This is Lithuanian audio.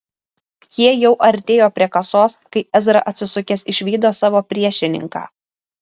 jie jau artėjo prie kasos kai ezra atsisukęs išvydo savo priešininką